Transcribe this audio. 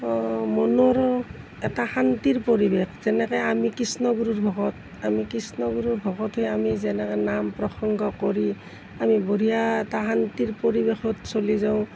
মনৰ এটা শান্তিৰ পৰিৱেশ যেনেকৈ আমি কৃষ্ণগুৰুৰ ভকত আমি কৃষ্ণগুৰুৰ ভকত হৈ আমি যেনেকৈ নাম প্ৰসঙ্গ কৰি আমি বঢ়িয়া এটা শান্তিৰ পৰিৱেশত চলি যাওঁ